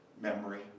memory